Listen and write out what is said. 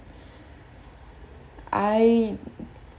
I